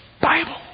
Bible